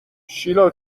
شیلا